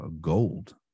gold